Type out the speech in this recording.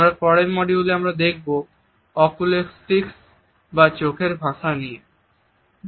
আমাদের পরের মডিউলে আমরা দেখব অকুলেসিক্স বা চোখের ভাষার দিকে